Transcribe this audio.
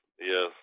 Yes